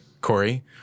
Corey